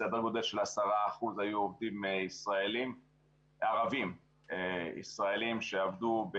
סדר גודל של 10% היו עובדים ערבים ישראלים שעבדו,